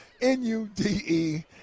N-U-D-E